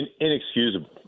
Inexcusable